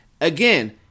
again